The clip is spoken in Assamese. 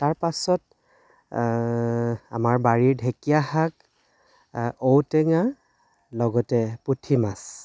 তাৰপাছত আমাৰ বাৰীৰ ঢেকীয়া শাক ঔটেঙা লগতে পুঠি মাছ